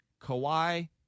Kawhi